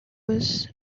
was